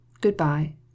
Goodbye